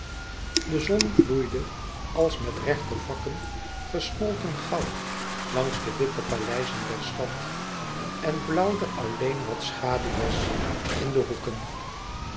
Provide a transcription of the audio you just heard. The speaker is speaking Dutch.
de zon vloeide als met rechte vakken gesmolten goud langs de witte paleizen der stad en blauwde alleen wat schaduw was in de hoeken